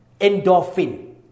endorphin